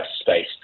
space